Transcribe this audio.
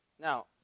Now